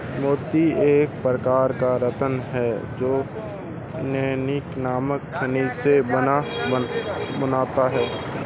मोती एक प्रकार का रत्न है जो नैक्रे नामक खनिज से बनता है